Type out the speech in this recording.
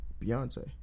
Beyonce